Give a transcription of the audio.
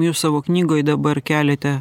jūs savo knygoj dabar keliate